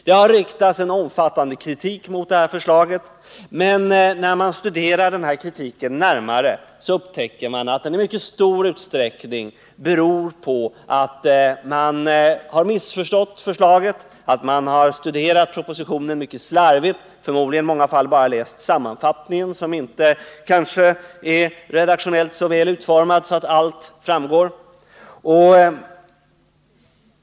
Det har riktats en omfattande kritik mot förslaget, men när vi studerar kritiken närmare upptäcker vi att den i mycket stor utsträckning beror på att man har missförstått förslaget, att man har studerat propositionen mycket slarvigt. Förmodligen har man i många fall bara läst sammanfattningen, som redaktionellt sett kanske inte är så väl utformad att allt framgår.